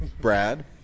Brad